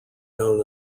known